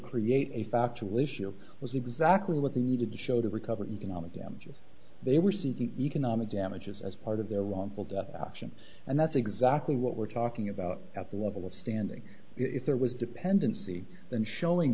create a factual issue was exactly what they needed to show to recover in konami damages they were seeking economic damages as part of their wrongful death action and that's exactly what we're talking about at the level of standing if there was dependency then showing